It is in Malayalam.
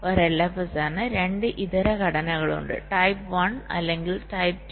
ഒരു LFSR ന് 2 ഇതര ഘടനകളുണ്ട് ടൈപ്പ് ഒന്ന് അല്ലെങ്കിൽ ടൈപ്പ് 2